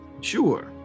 Sure